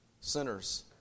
sinners